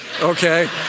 okay